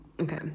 Okay